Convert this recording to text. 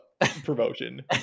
promotion